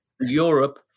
europe